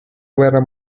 guerra